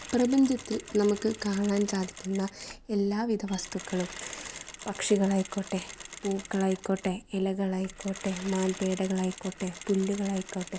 പ്രപഞ്ചത്തിൽ നമുക്ക് കാണാൻ സാധിക്കുന്ന എല്ലാ വിധ വസ്തുക്കളും പക്ഷികളായിക്കോട്ടെ പൂക്കളായിക്കോട്ടെ ഇലകളായിക്കോട്ടെ മാൻപേടകളായിക്കൊട്ടെ പുല്ലുകളായിക്കോട്ടെ